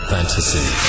Fantasy